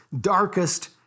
darkest